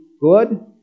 good